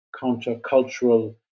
countercultural